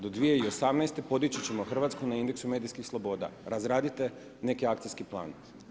Do 2018. podići ćemo Hrvatsku na indeksu medijskih sloboda, razradite neki akcijski plan.